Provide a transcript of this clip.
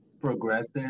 progressive